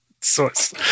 source